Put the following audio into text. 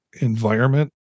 environment